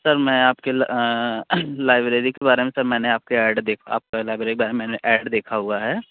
sir मैं आपके ल लाइब्रेरी के बारे में सर मैंने आपके ऐड देखा आपका लाइब्रेरी के बारे में मैंने ऐड देखा हुआ है